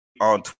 on